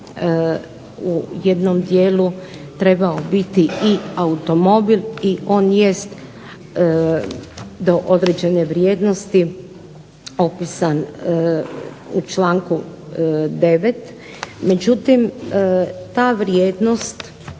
u jednom dijelu trebao biti i automobil i on jest do određene vrijednosti opisan u članku 9. Međutim, ta vrijednost